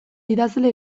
idazle